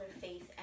faith